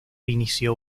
inició